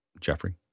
Jeffrey